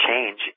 change